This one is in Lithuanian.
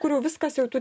kur jau viskas jau tuoj